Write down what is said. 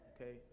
Okay